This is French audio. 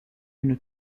une